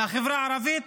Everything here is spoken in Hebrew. מהחברה הערבית,